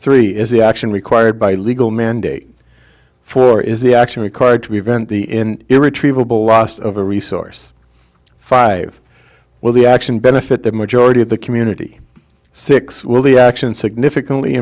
three is the action required by legal mandate for is the action required to be event the in irretrievable loss of a resource five well the action benefit the majority of the community six will the action significantly